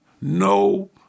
No